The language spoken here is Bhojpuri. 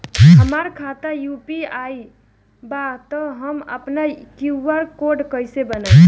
हमार खाता यू.पी.आई बा त हम आपन क्यू.आर कोड कैसे बनाई?